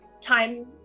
time